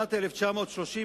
בשנת 1930,